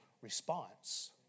response